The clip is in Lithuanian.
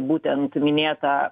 būtent minėtą